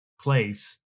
place